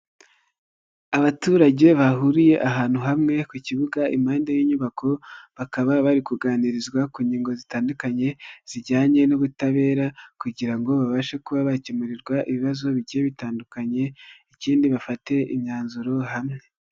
Abaturage bahuriye ahantu hamwe ku kibuga impande y'inyubako bakaba bari kuganirizwa ku ngingo zitandukanye zijyanye n'ubutabera kugira ngo babashe kuba bakemurirwa ibibazo bigiye bitandukanye, ikindi bafatire imyanzuro hamwe.